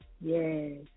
Yes